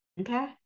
okay